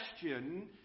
question